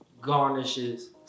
garnishes